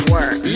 Work